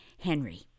Henry